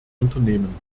unternehmen